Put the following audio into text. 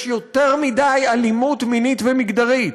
יש יותר מדי אלימות מינית ומגדרית.